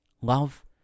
love